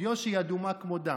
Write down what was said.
דיו שהיא אדומה כמו דם.